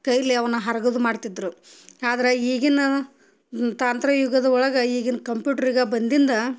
ಕೈಲಿ ಅವ್ನ ಹರ್ಗದ್ ಮಾಡ್ತಿದ್ದರು ಆದ್ರೆ ಈಗಿನ ತಾಂತ್ರಿಕ ಯುಗದ ಒಳಗೆ ಈಗಿನ ಕಂಪ್ಯೂಟ್ರ್ ಯುಗ ಬಂದಿಂದ